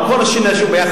על כל שיני השום יחד,